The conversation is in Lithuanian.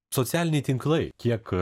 socialiniai tinklai kiek